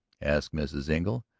asked mrs. engle.